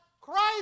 Christ